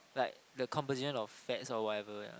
like the composition of fat or whatever yeah